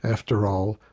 after all,